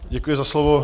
Děkuji za slovo.